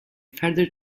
further